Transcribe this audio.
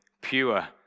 pure